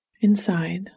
Inside